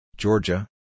Georgia